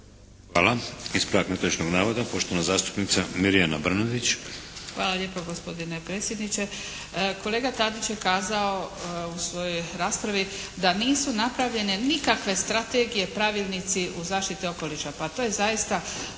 Hvala. Ispravak netočnog navoda poštovana zastupnica Mirjana Brnadić. **Brnadić, Mirjana (HDZ)** Hvala lijepo gospodine predsjedniče. Kolega Tadić je kazao u svojoj raspravi da nisu napravljene nikakve strategije, pravilnici u zaštiti okoliša. Pa to je zaista